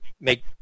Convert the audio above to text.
make